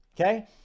okay